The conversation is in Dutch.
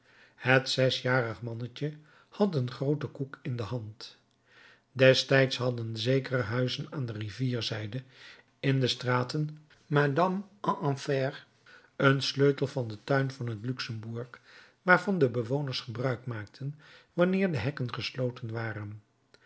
het zesjarig manneke had een grooten koek in de hand destijds hadden zekere huizen aan de rivierzijde in de straten madame en enfer een sleutel van den tuin van het luxembourg waarvan de bewoners gebruik maakten wanneer de hekken gesloten waren